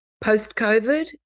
Post-COVID